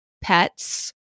pets